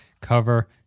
cover